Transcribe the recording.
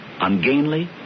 ungainly